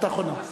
את אחרונה.